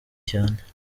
cyane